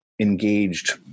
engaged